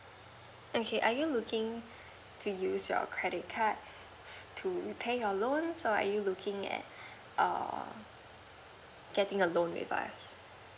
okay are you looking to use your credit card to repay your loans or are you looking at err getting a loan with us